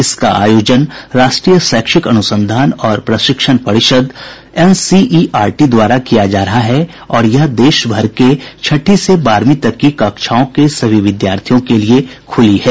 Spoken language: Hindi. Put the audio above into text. इसका आयोजन राष्ट्रीय शैक्षिक अनुसंधान और प्रशिक्षण परिषद एनसीईआरटी द्वारा किया जा रहा है और यह देशभर के छठी से बारहवीं तक की कक्षाओं के सभी विद्यार्थियों के लिए खुली है